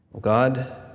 God